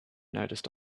noticed